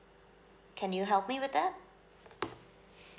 can you help me with that